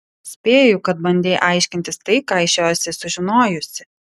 spėju kad bandei aiškintis tai ką iš jo esi sužinojusi